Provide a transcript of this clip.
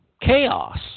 chaos